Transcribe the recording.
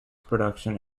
production